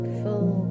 full